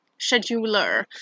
scheduler